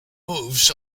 moves